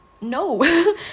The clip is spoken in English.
no